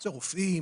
רופאים,